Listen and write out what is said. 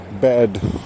bad